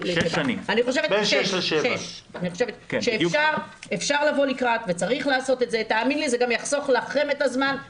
אני חושבת שכן אפשר לצמצם את הנושא של ההפרשים.